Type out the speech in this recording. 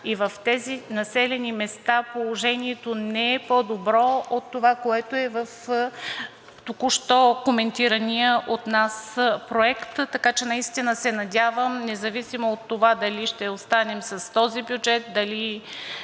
и в тези населени места положението не е по-добро от това, което е в току-що коментирания от нас проект. Така че се надявам, независимо от това дали ще останем с този бюджет, дали